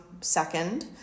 second